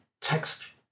text